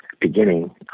beginning